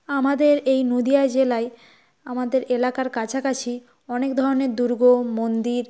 আমাদের এই নদীয়া জেলায় আমাদের এলাকার কাছাকাছি অনেক ধরনের দুর্গ মন্দির